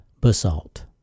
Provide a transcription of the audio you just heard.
Basalt